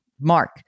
Mark